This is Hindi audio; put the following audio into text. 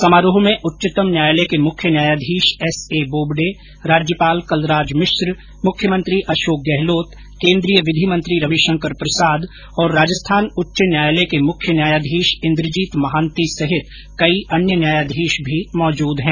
समारोह में उच्चतम न्यायालय के मुख्य न्यायाधीश एस ए बोबडे राज्यपाल कलराज मिश्र मुख्यमंत्री अशोक गहलोत केन्द्रीय विधि मंत्री रविशंकर प्रसाद और राजस्थान उच्च न्यायालय के मुख्य न्यायाधीश इन्द्रजीत महांति सहित कई अन्य न्यायाधीश भी मौजूद हैं